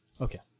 Okay